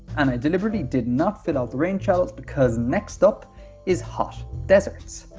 and i deliberately did not fill out the range outs because next up is hot deserts.